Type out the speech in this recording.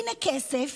הינה הכסף,